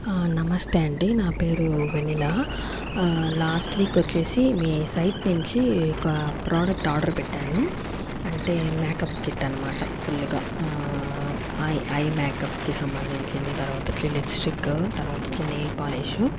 ఆ నమస్తే అండి నా పేరు వెన్నెల లాస్ట్ వీక్ వచ్చేసి మీ సైట్ నుంచి ఒక ప్రాడక్ట్ ఆర్డర్ పెట్టాను అంటే మేకప్ కిట్ అనమాట ఫుల్ గా ఐ ఐ మేకప్ కి సంబంధించింది తర్వాత వచ్చి లిప్ స్టిక్కు తర్వాత వచ్చి నెయిల్ పాలీషు